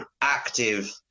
active